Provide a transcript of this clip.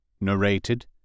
Narrated